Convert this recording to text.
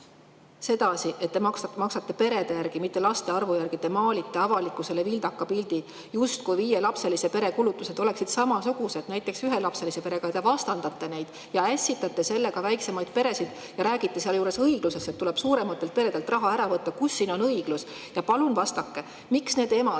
sedasi, et te maksate perede järgi, mitte laste arvu järgi, te maalite avalikkusele vildaka pildi, justkui viielapselise pere kulutused oleksid samasugused nagu näiteks ühelapselisel perel. Te vastandate neid ja ässitate sellega väiksemaid peresid. Ja räägite sealjuures õiglusest, et tuleb suurematelt peredelt raha ära võtta. Kus siin on õiglus? Ja palun vastake, miks need emad,